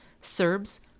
serbs